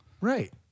right